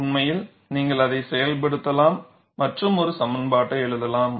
உண்மையில் நீங்கள் அதை செயல்படுத்தலாம் மற்றும் ஒரு சமன்பாட்டை எழுதலாம்